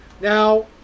Now